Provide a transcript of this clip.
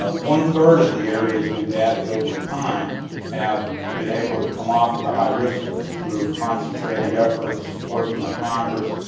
one-third of the areas we've added over time have been able to come off of the high risk list through concentrated efforts, support from the congress,